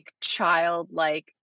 childlike